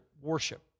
worship